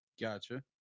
Gotcha